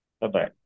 Bye-bye